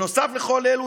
נוסף לכל אלו,